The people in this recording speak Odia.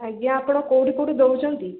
ଆଜ୍ଞା ଆପଣ କେଉଁଠି କେଉଁଠି ଦେଉଛନ୍ତି